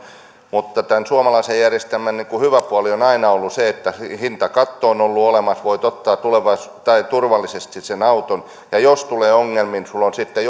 mutta tämän suomalaisen järjestelmän hyvä puoli on aina ollut se että hintakatto on ollut olemassa voit ottaa turvallisesti sen auton ja jos tulee ongelmia niin sinulla on sitten